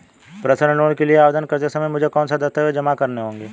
Personal loan के लिए आवेदन करते समय मुझे कौन से दस्तावेज़ जमा करने होंगे?